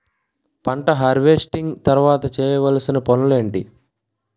పంట హార్వెస్టింగ్ తర్వాత చేయవలసిన పనులు ఏంటి?